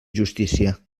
justícia